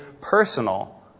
personal